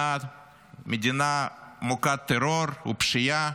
מדינה מוכת טרור ופשיעה,